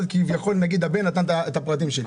כביכול, נגיד הבן נתן את הפרטים שלי.